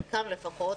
חלקם לפחות,